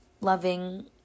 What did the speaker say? loving